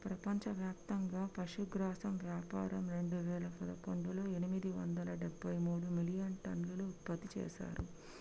ప్రపంచవ్యాప్తంగా పశుగ్రాసం వ్యాపారం రెండువేల పదకొండులో ఎనిమిది వందల డెబ్బై మూడు మిలియన్టన్నులు ఉత్పత్తి చేశారు